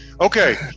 Okay